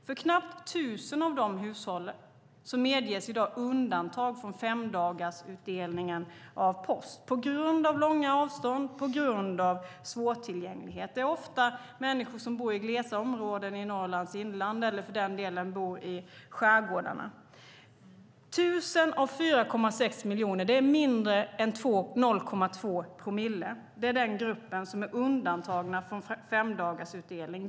För knappt tusen av de hushållen medges i dag undantag från femdagarsutdelningen av post, på grund av långa avstånd eller svårtillgänglighet. Det är oftast människor som bor i glesa områden i Norrlands inland eller i skärgårdarna. Tusen av 4,6 miljoner är mindre än 0,2 promille. Det är den grupp som är undantagen från femdagarsutdelning.